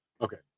Okay